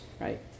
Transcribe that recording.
right